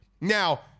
Now